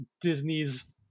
Disney's